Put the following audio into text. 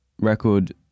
Record